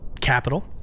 capital